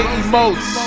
emotes